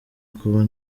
kuba